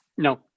No